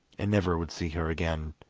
and never would see her again.